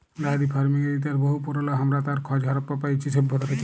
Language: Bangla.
ডায়েরি ফার্মিংয়ের ইতিহাস বহু পুরল, হামরা তার খজ হারাপ্পা পাইছি সভ্যতা থেক্যে